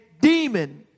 demon